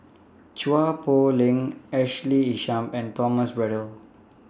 Chua Poh Leng Ashley Isham and Thomas Braddell